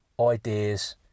ideas